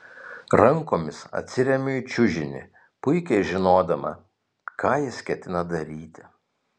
rankomis atsiremiu į čiužinį puikiai žinodama ką jis ketina daryti